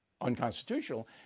unconstitutional